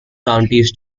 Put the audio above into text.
counties